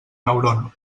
neurona